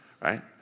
right